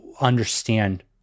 understand